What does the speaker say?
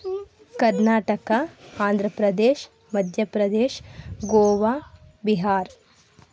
Karnataka Andhra Pradesh Madhya Pradesh Goa Bihar